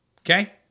Okay